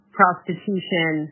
prostitution